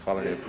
Hvala lijepo.